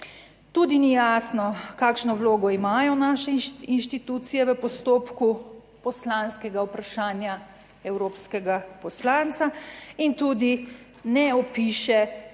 tudi ni jasno, kakšno vlogo imajo naše inštitucije v postopku poslanskega vprašanja evropskega poslanca in tudi ne opiše,